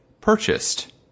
purchased